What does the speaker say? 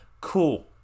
Cool